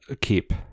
keep